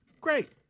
great